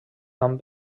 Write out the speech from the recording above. amb